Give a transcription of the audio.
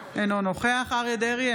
אינו נוכח אריה מכלוף דרעי,